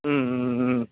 ம் ம் ம்